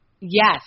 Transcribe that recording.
Yes